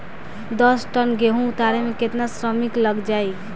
दस टन गेहूं उतारे में केतना श्रमिक लग जाई?